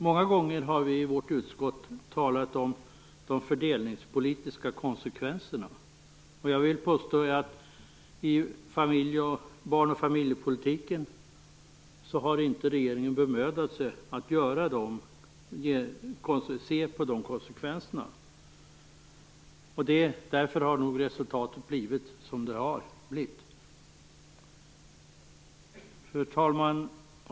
Många gånger har vi i vårt utskott talat om de fördelningspolitiska konsekvenserna. Jag vill påstå att regeringen inte har bemödat sig om att se på de konsekvenserna i barn och familjepolitiken. Därför har nog resultatet blivit som det har blivit. Fru talman!